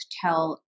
tell